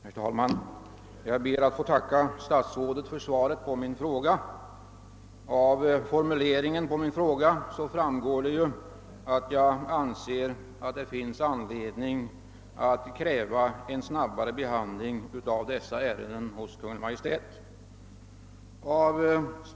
Herr talman! Jag ber att få tacka kommunikationsministern för svaret på min fråga. Som framgår av frågans formulering anser jag att det finns anledning kräva att Kungl. Maj:ts handläggning av de ärenden det här gäller blir snabbare än nu.